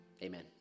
Amen